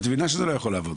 את מבינה שזה לא יכול לעבוד?